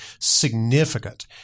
significant